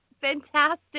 fantastic